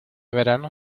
verano